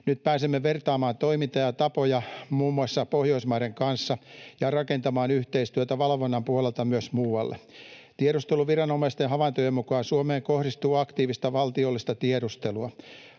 Nyt pääsemme vertaamaan toimintaa ja tapoja muun muassa Pohjoismaiden kanssa ja rakentamaan yhteistyötä valvonnan puolelta myös muualle. Tiedusteluviranomaisten havaintojen mukaan Suomeen kohdistuu aktiivista valtiollista tiedustelua.